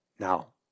Now